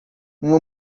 uma